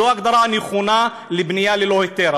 זו ההגדרה הנכונה לבנייה ללא היתר.